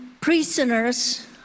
prisoners